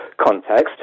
context